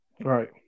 Right